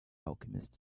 alchemist